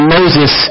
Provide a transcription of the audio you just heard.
Moses